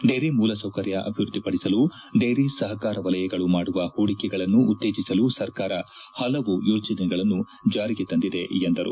dairy ಮೂಲಸೌಕರ್ಯ ಅಭಿವೃದ್ಧಿಪಡಿಸಲು dairy ಸಹಕಾರ ವಲಯಗಳು ಮಾಡುವ ಹೂಡಿಕೆಗಳನ್ನು ಉತ್ತೇಜಿಸಲು ಸರ್ಕಾರ ಹಲವು ಯೋಜನೆಗಳನ್ನು ಜಾರಿಗೆ ತಂದಿದೆ ಎಂದರು